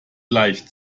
leicht